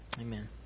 Amen